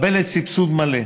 מקבלת סבסוד מלא,